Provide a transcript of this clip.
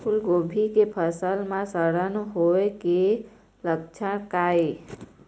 फूलगोभी के फसल म सड़न होय के लक्षण का ये?